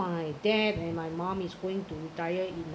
my dad and my mom is going to retire in uh